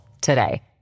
today